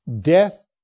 death